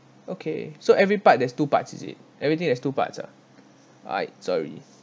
okay so every part there's two parts is it everything has two parts ah I sorry